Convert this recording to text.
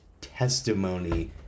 testimony